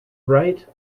right